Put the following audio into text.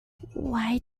why